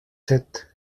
sept